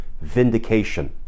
vindication